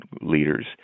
leaders